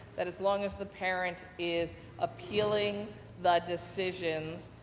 that as long as the parent is appealing the decision,